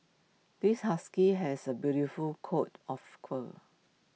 this husky has A beautiful coat of call